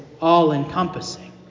all-encompassing